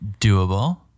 doable